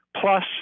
plus